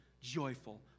joyful